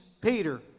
Peter